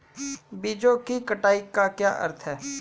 बीजों की कटाई का क्या अर्थ है?